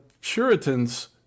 Puritans